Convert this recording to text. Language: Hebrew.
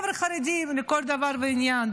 חבר'ה חרדים לכל דבר ועניין,